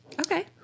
Okay